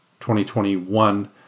2021